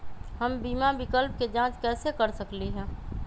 हम बीमा विकल्प के जाँच कैसे कर सकली ह?